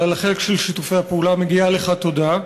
על החלק של שיתופי הפעולה מגיעה לך תודה,